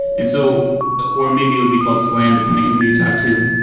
and so or maybe it would be called slam depending on who you talk to,